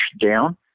down